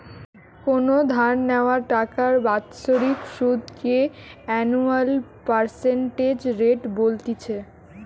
কোনো ধার নেওয়া টাকার বাৎসরিক সুধ কে অ্যানুয়াল পার্সেন্টেজ রেট বলতিছে